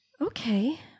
Okay